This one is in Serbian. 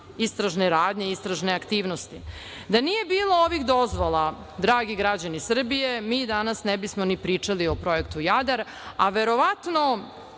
istražne radnje, istražne aktivnosti. Da nije bilo ovih dozvola, dragi građani Srbije, mi danas ne bismo ni pričali o projektu „Jadar“, a verovatno